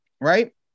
right